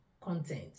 content